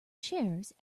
shares